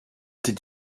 did